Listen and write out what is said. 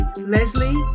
Leslie